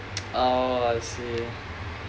oh I see